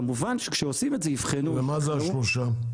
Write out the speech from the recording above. כמובן שכשעושים את זה יבחנו --- ומה זה השלושה?